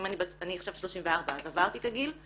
אני עכשיו 34 אז עברתי את הגיל,